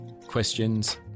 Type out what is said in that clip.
questions